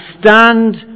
stand